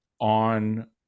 on